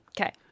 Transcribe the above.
Okay